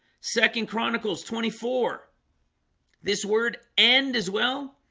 second chronicles twenty four this word end as well,